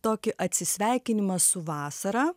tokį atsisveikinimą su vasara